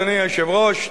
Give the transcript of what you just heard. אדוני היושב-ראש,